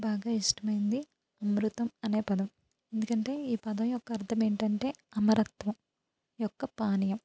బాగా ఇష్టమైంది అమృతం అనే పదం ఎందుకంటే ఈ పదం యొక్క అర్థం ఏంటంటే అమరత్వం యొక్క పానీయం